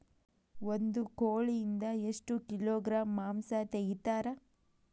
ಒಂದು ಕೋಳಿಯಿಂದ ಎಷ್ಟು ಕಿಲೋಗ್ರಾಂ ಮಾಂಸ ತೆಗಿತಾರ?